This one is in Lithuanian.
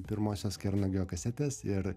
pirmosios kernagio kasetės ir